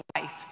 life